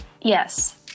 Yes